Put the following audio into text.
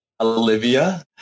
Olivia